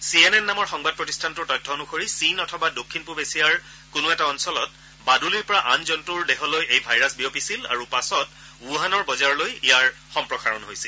C N N নামৰ সংবাদ প্ৰতিষ্ঠানটোৰ তথ্য অনুসৰি চীন অথবা দক্ষিণ পূৱ এছিয়াৰ কোনো এটা অঞ্চলত বাদুলিৰ পৰা আন জল্তৰ দেহলৈ এই ভাইৰাছ বিয়পিছিল আৰু পাছত ৱুহানৰ বজাৰলৈ সম্প্ৰসাৰণ হৈছিল